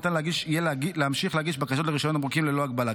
ניתן יהיה להמשיך להגיש בקשות לרישיון תמרוקים ללא הגבלה.